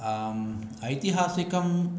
आम् ऐतिहासिकं